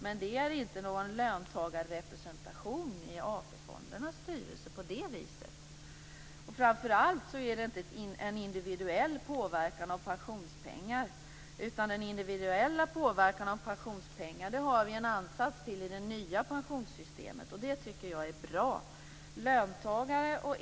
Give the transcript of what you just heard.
Men det är inte någon löntagarrepresentation i AP fondernas styrelse på det viset. Och framför allt är det inte en individuell påverkan av pensionspengar, utan den individuella påverkan av pensionspengar har vi en ansats till i det nya pensionssystemet, och det tycker jag är bra.